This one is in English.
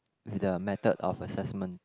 with the method of assessment